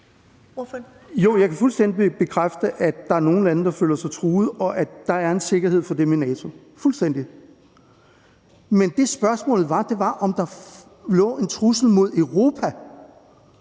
Jo, jeg kan fuldstændig bekræfte, at der er nogle lande, der føler sig truet, og at der er en sikkerhed over for det med NATO, fuldstændig. Men det, som spørgsmålet var, var, om der lå en trussel mod Europa,